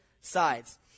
sides